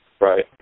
Right